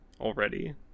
already